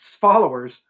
followers